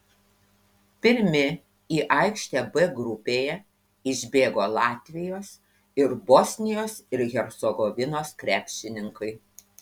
pirmi į aikštę b grupėje išbėgo latvijos ir bosnijos ir hercegovinos krepšininkai